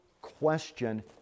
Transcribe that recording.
question